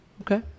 Okay